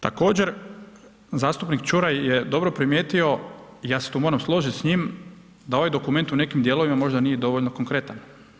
Također, zastupnik Čuraj je dobro primijetio, ja se tu moram složiti s njim, da ovaj dokument u nekim dijelovima možda nije dovoljno konkretan.